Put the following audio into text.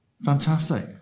Fantastic